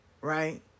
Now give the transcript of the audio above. right